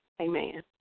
Amen